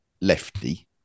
lefty